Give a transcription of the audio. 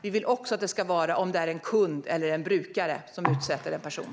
Vi vill att det också ska gälla om det är en kund eller en brukare som utsätter en person.